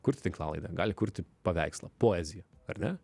kurti tinklalaidę gali kurti paveikslą poeziją ar ne